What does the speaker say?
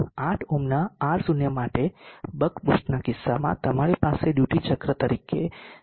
8 ઓહ્મના R0 માટે buck બૂસ્ટના કિસ્સામાં તમારી પાસે ડ્યુટી ચક્ર તરીકે 0